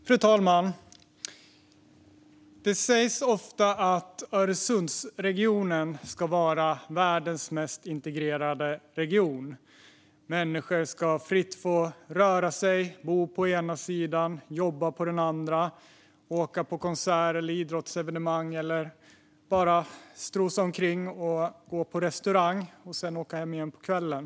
Fru talman! Det sägs ofta att Öresundsregionen ska vara världens mest integrerade region. Människor ska fritt få röra sig, bo på ena sidan och jobba på den andra och åka på konserter, idrottsevenemang eller bara strosa omkring, gå på restaurang och sedan åka hem igen på kvällen.